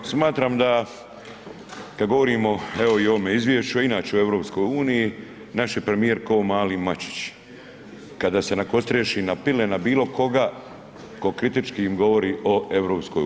Smatram da kad govorimo evo i o ovome izvješću, a i inače o EU, naš je premijer ko mali mačić kada se nakostriješi na pile, na bilo koga ko kritički govori o EU.